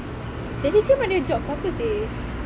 telegram ada jobs apa seh